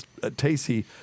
Tacey